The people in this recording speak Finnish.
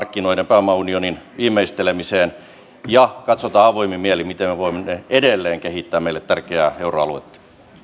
pääomaunionin viimeistelemiseen ja katsotaan avoimin mielin miten me voimme edelleen kehittää meille tärkeää euroaluetta